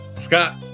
Scott